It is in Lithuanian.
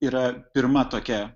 yra pirma tokia